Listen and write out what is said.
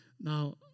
Now